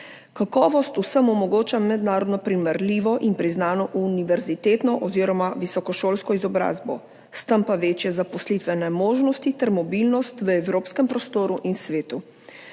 Kakovost vsem omogoča mednarodno primerljivo in priznano univerzitetno oziroma visokošolsko izobrazbo, s tem pa večje zaposlitvene možnosti ter mobilnost v evropskem prostoru in svetu.